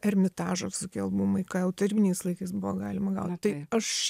ermitažo visokie albumai ką jau tarybiniais laikais buvo galima gaut tai aš